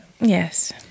Yes